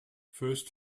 first